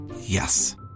Yes